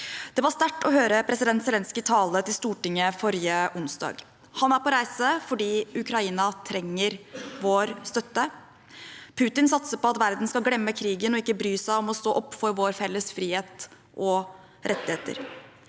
Det var sterkt å høre president Zelenskyj tale til Stortinget forrige onsdag. Han er på reise fordi Ukraina trenger vår støtte. Putin satser på at verden skal glemme krigen og ikke bry seg om å stå opp for vår felles frihet og våre